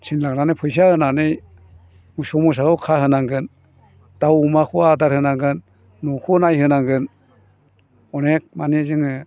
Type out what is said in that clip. थिनलांनानै फैसा होनानै मोसौ मोसाखौ खाहोनांगोन दाव अमाखौ आदार होनांगोन न'खौ नायहोनांगोन अनेक मानि जोङो